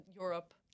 Europe